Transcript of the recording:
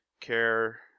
care